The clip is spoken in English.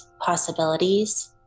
possibilities